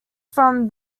from